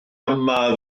yma